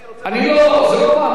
זו לא פעם ראשונה.